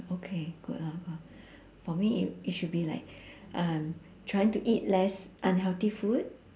okay good hor for me it it should be like um trying to eat less unhealthy food